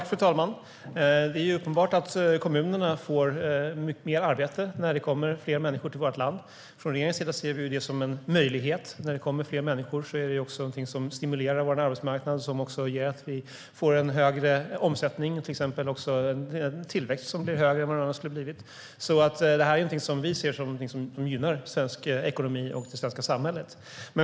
Fru talman! Det är uppenbart att kommunerna får mer arbete när det kommer fler människor till vårt land. Från regeringens sida ser vi det som en möjlighet. När det kommer fler människor är det någonting som stimulerar vår arbetsmarknad och gör att vi får en högre omsättning. Vi får också till exempel en tillväxt som blir större än den skulle ha blivit. Vi ser alltså detta som någonting som gynnar svensk ekonomi och det svenska samhället.